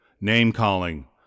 Name-calling